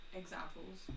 examples